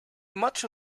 much